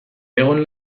egon